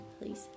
please